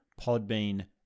Podbean